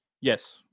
Yes